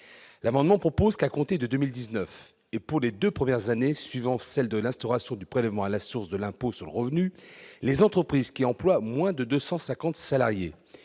l'amendement propose qu'à compter de 2019, et pour les 2 premières années suivant celle de l'instauration du prélèvement à la source de l'impôt sur le revenu, les entreprises qui emploient moins de 250 salariés